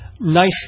nice